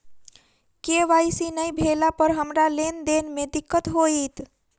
KYC नै भेला पर हमरा लेन देन मे दिक्कत होइत?